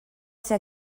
ser